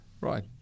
Right